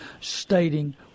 stating